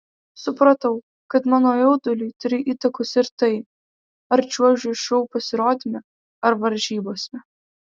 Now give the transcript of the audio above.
supratau kad mano jauduliui turi įtakos ir tai ar čiuožiu šou pasirodyme ar varžybose